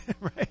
right